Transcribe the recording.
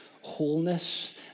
wholeness